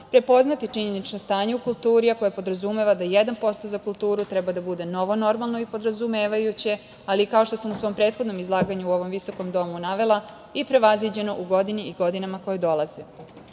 prepoznati činjenično stanje u kulturi, a koje podrazumeva da 1% za kulturu treba da bude novo normalno i podrazumevajuće, ali kao što sam u svom prethodnom izlaganju u ovom visokom domu navela i prevaziđeno u godini i godinama koje dolaze.U